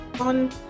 on